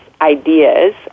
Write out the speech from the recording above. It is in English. ideas